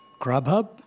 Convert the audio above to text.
Grubhub